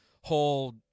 whole